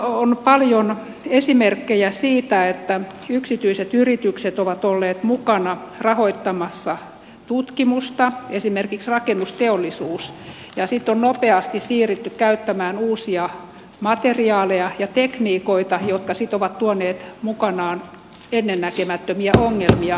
on paljon esimerkkejä siitä että yksityiset yritykset ovat olleet mukana rahoittamassa tutkimusta esimerkiksi rakennusteollisuus ja sitten on nopeasti siirrytty käyttämään uusia materiaaleja ja tekniikoita jotka sitten ovat tuoneet mukanaan ennennäkemättömiä ongelmia rakennuksissa